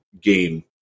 game